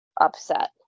upset